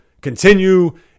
continue